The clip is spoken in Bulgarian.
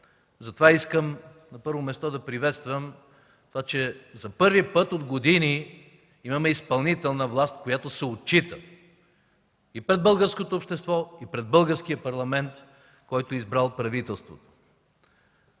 Затова искам, на първо място, да приветствам това, че за първи път от години имаме изпълнителна власт, която се отчита и пред българското общество, и пред Българския парламент, който е избрал правителството.